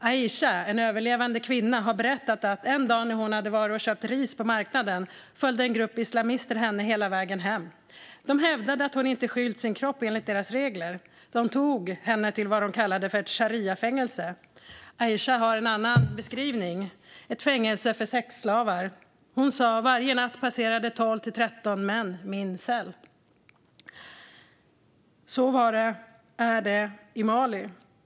Aisha, en överlevande kvinna, har berättat att en dag när hon hade köpt ris på marknaden följde en grupp islamister henne hela vägen hem. De hävdade att hon inte hade skylt sin kropp enligt deras regler, och de tog henne till vad de kallade för ett shariafängelse. Aisha har en annan beskrivning. Det var ett fängelse för sexslavar. Hon sa: Varje natt passerade tolv tretton män min cell. Så var och är det i Mali.